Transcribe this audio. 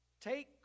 take